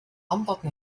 أمضت